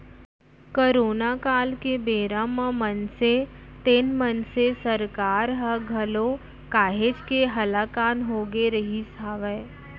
corona काल के बेरा म मनसे तेन मनसे सरकार ह घलौ काहेच के हलाकान होगे रिहिस हवय